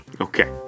okay